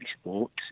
Sports